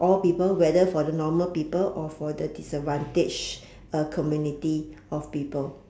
all people whether for the normal people or for the disadvantaged uh community of people